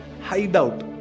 hideout